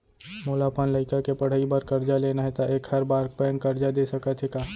मोला अपन लइका के पढ़ई बर करजा लेना हे, त एखर बार बैंक करजा दे सकत हे का?